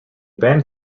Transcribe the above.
band